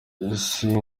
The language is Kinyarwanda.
isi